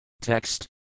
Text